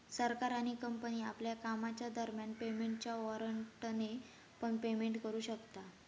सरकार आणि कंपनी आपल्या कामाच्या दरम्यान पेमेंटच्या वॉरेंटने पण पेमेंट करू शकता